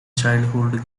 childhood